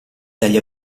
dagli